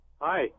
Hi